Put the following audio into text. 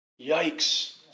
Yikes